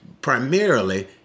primarily